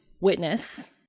witness